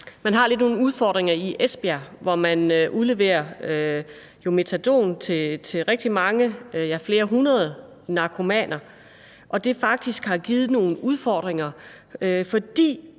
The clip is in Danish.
man har nogle udfordringer i Esbjerg, hvor man udleverer metadon til rigtig mange, ja, flere hundrede narkomaner, og det har faktisk givet nogle udfordringer. Det